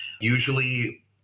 Usually